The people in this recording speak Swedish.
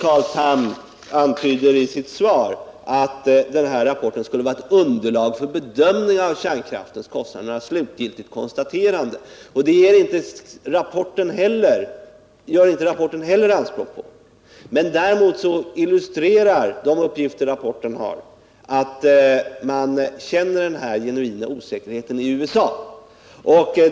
Carl Tham antyder i sitt svar, påstått att den här rapporten skulle vara ett underlag för en slutlig bedömning av kärnkraftens kostnader, och det gör inte rapporten heller anspråk på. Däremot illustrerar de uppgifter rapporten har att man i USA känner denna genuina osäkerhet.